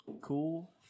Cool